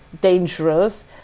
dangerous